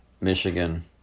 Michigan